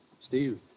Steve